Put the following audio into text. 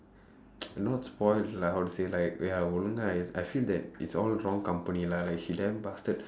not spoilt lah how to say like ya ஒழுங்கா:ozhungkaa I feel that it's all wrong company lah like she damn bastard